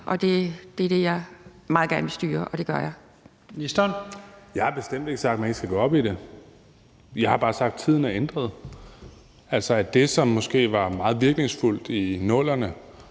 og integrationsministeren (Kaare Dybvad Bek): Jeg har bestemt ikke sagt, at man ikke skal gå op i det. Jeg har bare sagt, at tiden er ændret. Altså, det, som måske var meget virkningsfuldt i 00'erne,